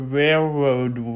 railroad